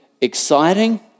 exciting